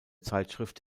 zeitschrift